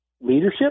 leadership